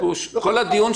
כולל למשל